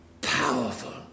powerful